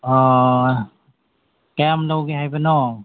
ꯀꯌꯥꯝ ꯂꯧꯒꯦ ꯍꯥꯏꯕꯅꯣ